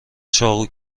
چاقو